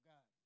God